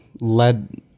led